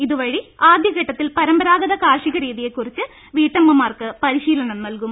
ഇതു വഴി ആദ്യഘട്ടത്തിൽ പരമ്പരാഗത കാർഷിക രീതിയെക്കുറിച്ച് വീട്ടമ്മമാർക്ക് പരിശീലനം നൽകും